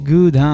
Good